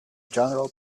general